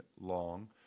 long